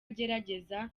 agerageza